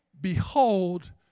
behold